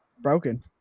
broken